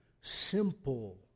simple